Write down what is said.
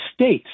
States